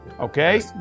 Okay